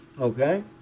Okay